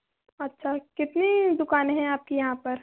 अच्छा कितनी दुकानें हैं आपकी यहाँ पर